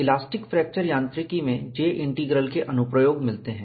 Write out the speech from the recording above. elastic fracture यांत्रिकी में J integral के अनुप्रयोग मिलते हैं